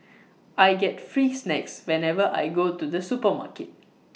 I get free snacks whenever I go to the supermarket